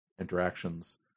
interactions